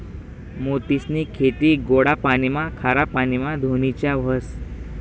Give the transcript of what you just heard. मोतीसनी खेती गोडा पाणीमा, खारा पाणीमा धोनीच्या व्हस